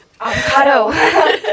Avocado